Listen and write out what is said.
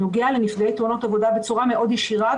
הנוגע לנפגעי תאונות עבודה בצורה ישירה מאוד,